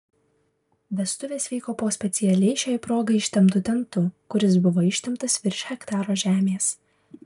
vestuvės vyko po specialiai šiai proga ištemptu tentu kuris buvo ištemptas virš hektaro žemės